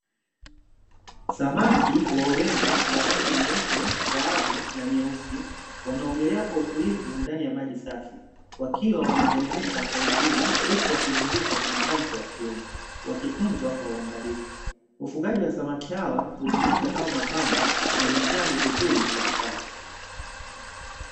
Samaki wa urembo wa rangi nyeupe, dhahabu na nyeusi, wanaogelea kwa utulivu ndani ya maji safi, wakiwa wanameremeta kwa uzuri huku wakizunguka kwenye tanki la kioo, wakitunzwa kwa uangalifu, ufugaji wa samaki hawa hutumika kama mapambo na ni chanzo kizuri cha kipato.